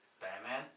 Batman